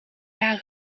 jaar